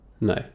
no